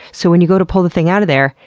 so when you go to pull the thing out of there,